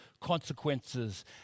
consequences